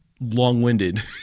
long-winded